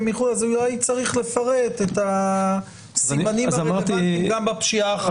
אולי צריך לפרט את הסימנים הרלוונטיים גם בפשיעה החמורה.